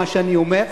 מה שאני אומר,